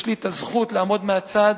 שיש לי הזכות לעמוד מהצד